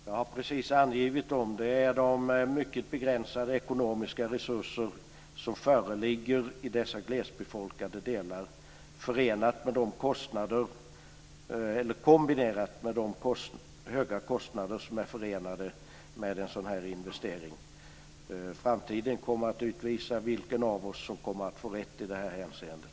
Fru talman! Jag har precis angivit dem. Det är de mycket begränsade ekonomiska resurser som föreligger i dessa glesbefolkade delar, kombinerat med de höga kostnader som är förenade med en sådan här investering. Framtiden kommer att utvisa vem av oss som får rätt i det hänseendet.